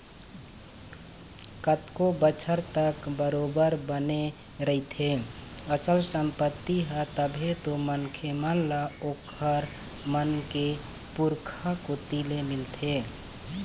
कतको बछर तक बरोबर बने रहिथे अचल संपत्ति ह तभे तो मनखे मन ल ओखर मन के पुरखा कोती ले मिलथे